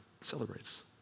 celebrates